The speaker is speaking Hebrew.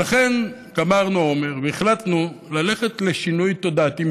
ולכן גמרנו אומר והחלטנו ללכת לשינוי תודעתי.